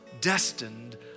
destined